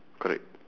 correct